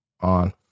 on